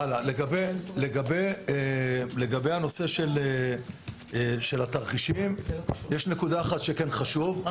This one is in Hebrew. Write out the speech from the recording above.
לגבי הנושא של התרחישים יש נקודה אחת חשובה ----- לא